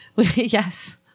Yes